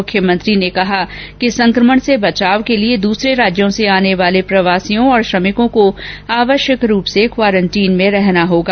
मुख्यमंत्री ने कहा कि संकमण से बचाव के लिए दूसरे राज्यों से आने वाले प्रवासियों और श्रमिकों को आवश्यक रूप से क्वारेंटीन में रहना होगा